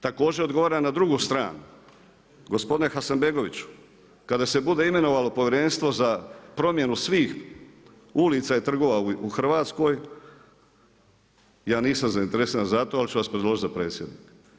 Dakle također odgovaram na drugu stranu, gospodine Hasanbegoviću, kada se bude imenovalo povjerenstvo za promjenu svih ulica i trgova u Hrvatskoj ja nisam zainteresiran za to ali ću vas predložiti za predsjednika.